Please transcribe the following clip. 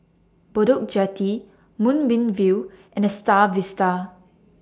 Bedok Jetty Moonbeam View and The STAR Vista